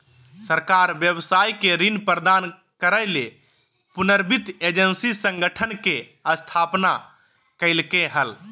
सरकार व्यवसाय के ऋण प्रदान करय ले पुनर्वित्त एजेंसी संगठन के स्थापना कइलके हल